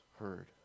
heard